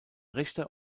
richter